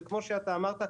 וכמו שאמרת,